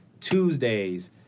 Tuesdays